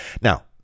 Now